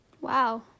Wow